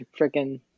freaking –